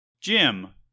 Jim